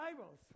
Bibles